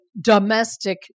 domestic